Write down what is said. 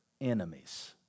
enemies